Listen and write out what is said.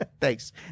thanks